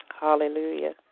Hallelujah